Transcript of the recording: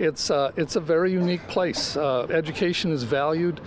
it's it's a very unique place education is valued